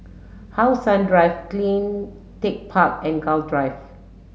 how Sun Drive Clean Tech Park and Gul Drive